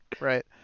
right